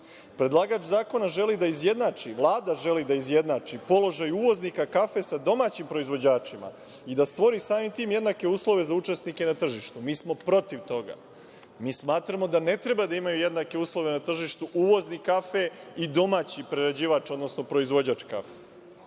Predlagač zakona želi da izjednači, Vlada želi da izjednači položaj uvoznika kafe sa domaćim proizvođačima i da stvori samim tim jednake uslove za učesnike na tržištu. Mi smo protiv toga. Smatramo da ne treba da imaju jednake uslove na tržištu uvoznik kafe i domaći prerađivač, odnosno proizvođač